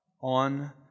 on